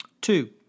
Two